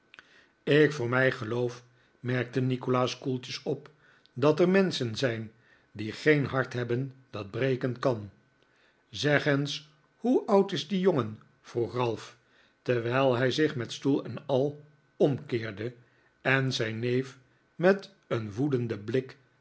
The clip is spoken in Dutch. ik voor mij geloof merkte nikolaas koeltjes op dat er menschen zijn die geen hart hebben dat breken kan zeg eens hoe oud is die jongen vroeg ralph terwijl hij zich met stoel en al omkeerde en zijn neef met een woedenden blik